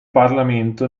parlamento